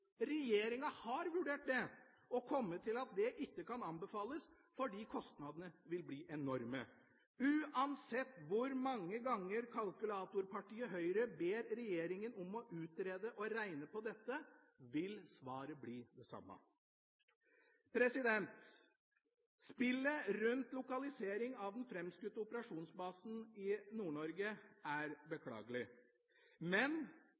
Regjeringa har vurdert det og kommet til at det ikke kan anbefales fordi kostnadene vil bli enorme. Uansett hvor mange ganger kalkulatorpartiet Høyre ber regjeringa om å utrede og regne på dette, vil svaret bli det samme. Spillet rundt lokalisering av den framskutte operasjonsbasen i Nord-Norge er beklagelig. Men